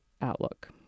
outlook